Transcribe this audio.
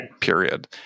period